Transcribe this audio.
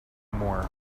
more